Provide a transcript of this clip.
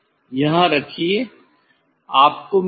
यहां रखिये आपको मिलेगा